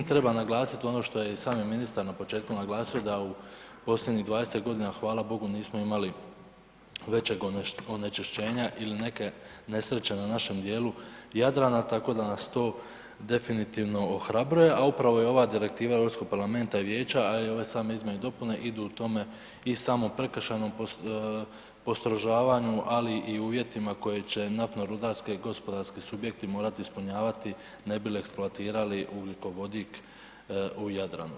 Treba naglasiti ono što je i sami ministar na početku naglasio da u posljednjih 20 godina hvala Bogu nismo imali većeg onečišćenja ili neke nesreće na našem dijelu Jadrana, tako da nas to definitivno ohrabruje, a upravo je i ova direktiva Europskog parlamenta i vijeća, a i ove same izmjene i dopune idu u tome i samom prekršajnom postrožavanju, ali i uvjetima koje će naftno-rudarske i gospodarski subjekti morati ispunjavati ne bi li eksploatirali ugljikovodik u Jadranu.